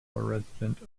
resident